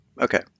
Okay